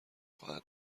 خواهد